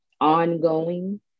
ongoing